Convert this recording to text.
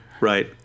Right